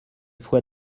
fois